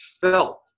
felt